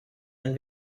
and